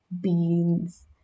beans